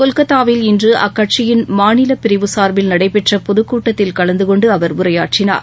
கொல்கத்தாவில் இன்று அக்கட்சியின் மாநில பிரிவு சார்பில் நடைபெற்ற பொதுக்கூட்டத்தில் கலந்துகொண்டு அவர் உரையாற்றினார்